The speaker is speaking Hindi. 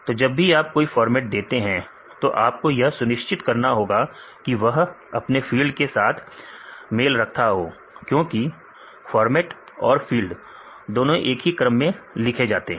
तो जब भी आप कोई फॉर्मेट देते हैं तो आपको यह सुनिश्चित करना होगा कि वह अपने फील्ड के साथ मेल रखता हो क्योंकि फॉर्मेट और फील्ड दोनों एक ही क्रम में लिखे जाते हैं